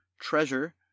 treasure